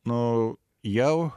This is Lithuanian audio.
nu jau